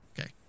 Okay